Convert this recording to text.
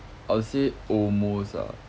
I would say almost ah